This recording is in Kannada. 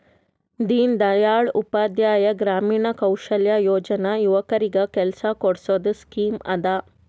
ದೀನ್ ದಯಾಳ್ ಉಪಾಧ್ಯಾಯ ಗ್ರಾಮೀಣ ಕೌಶಲ್ಯ ಯೋಜನಾ ಯುವಕರಿಗ್ ಕೆಲ್ಸಾ ಕೊಡ್ಸದ್ ಸ್ಕೀಮ್ ಅದಾ